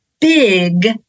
big